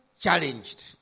challenged